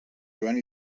joan